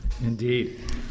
Indeed